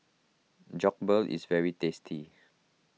Jokbal is very tasty